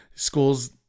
School's